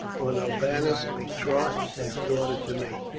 for norbanus betrothed his daughter to me.